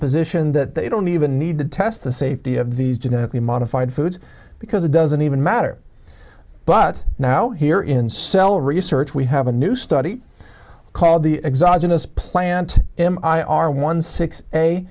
position that they don't even need to test the safety of these genetically modified foods because it doesn't even matter but now here in cell research we have a new study called the exogamous plant him i r one six a